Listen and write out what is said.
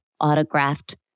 autographed